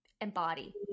embody